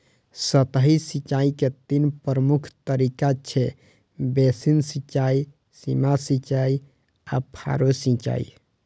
सतही सिंचाइ के तीन प्रमुख तरीका छै, बेसिन सिंचाइ, सीमा सिंचाइ आ फरो सिंचाइ